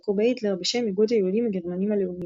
שתמכו בהיטלר בשם "איגוד היהודים הגרמנים-לאומיים".